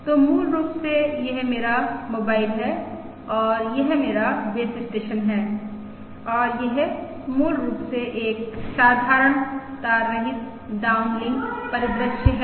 तो मूल रूप से यह मेरा मोबाइल है और यह मेरा बेस स्टेशन है और यह मूल रूप से एक साधारण तार रहित डाउनलिंक परिदृश्य है